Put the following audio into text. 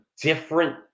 different